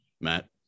Matt